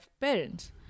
parents